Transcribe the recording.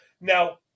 Now